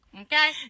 Okay